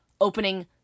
opening